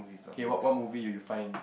okay what what movie do you find